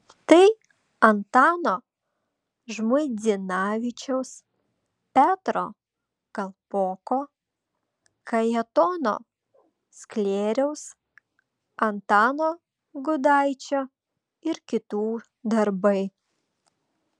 tai antano žmuidzinavičiaus petro kalpoko kajetono sklėriaus antano gudaičio ir kitų darbai